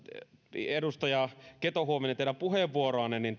edustaja keto huovinen teidän puheenvuoroanne niin